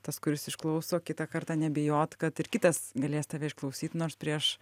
tas kuris išklauso kitą kartą nebijot kad ir kitas galės tave išklausyt nors prieš